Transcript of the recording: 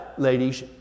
ladies